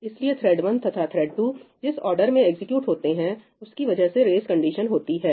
इसलिए थ्रेड 1 तथा थ्रेड 2 जिस ऑर्डर में एग्जीक्यूट होते हैं उसकी वजह से रेस कंडीशन होती है